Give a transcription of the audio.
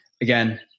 again